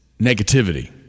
negativity